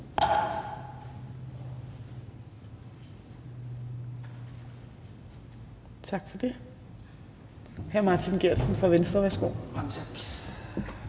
Så er det hr. Martin Geertsen fra Venstre. Værsgo.